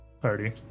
party